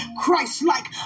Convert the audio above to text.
Christ-like